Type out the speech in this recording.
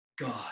God